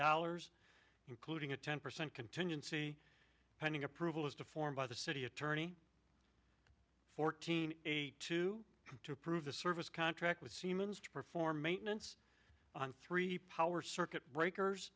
dollars including a ten percent contingency pending approval as deformed by the city attorney fourteen a two to prove the service contract with siemens to perform maintenance on three power circuit breakers